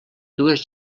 dues